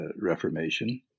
Reformation